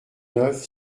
neuf